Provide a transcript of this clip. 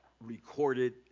recorded